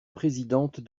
présidente